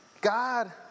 God